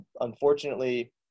Unfortunately